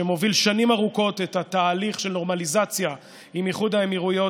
שמוביל שנים ארוכות את התהליך של נורמליזציה עם איחוד האמירויות,